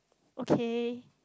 okay